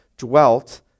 Dwelt